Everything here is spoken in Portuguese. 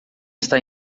está